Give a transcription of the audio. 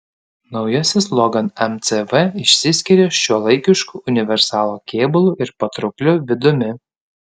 naujasis logan mcv išsiskiria šiuolaikišku universalo kėbulu ir patraukliu vidumi